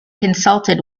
consulted